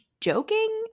joking